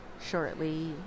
shortly